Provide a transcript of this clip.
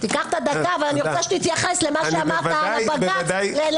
תיקח את הדקה ותתייחס למה שאמרת על העוטף,